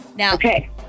Okay